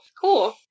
cool